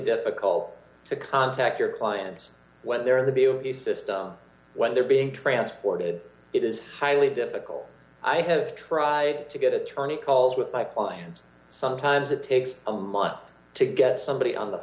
difficult to contact your clients when they're in the view of the system when they're being transported it is highly difficult i have tried to get attorney calls with my clients sometimes it takes a month to get somebody on the